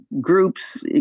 groups